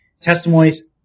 testimonies